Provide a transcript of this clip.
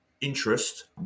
interest